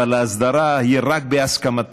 אבל ההסדרה היא רק בהסכמתם.